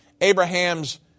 Abraham's